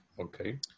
Okay